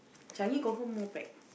Changi confirm more pack